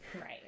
Right